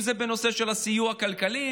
אם זה בנושא הסיוע הכלכלי,